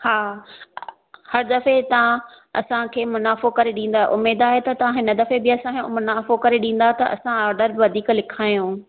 हा हर दफ़े तव्हां असांखे मुनाफ़ो करे ॾींदा आहियो उमेद आहे त तव्हां हिन दफ़े बि असांखे मुनाफ़ो करे ॾींदा त असां ऑडर वधीक लिखायूं